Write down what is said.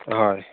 হয়